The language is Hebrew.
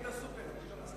(תיקון מס' 2),